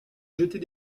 jetée